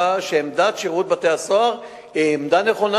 שעמדת שירות בתי-הסוהר היא עמדה נכונה,